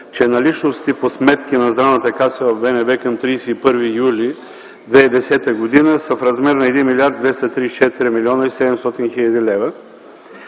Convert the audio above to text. че наличностите по сметки на Здравната каса в БНБ към 31 юли 2010 г. са в размер на 1 млрд. 234 млн. 700 хил. лв.